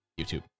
YouTube